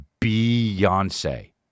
Beyonce